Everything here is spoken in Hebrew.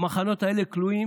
במחנות האלה כלואים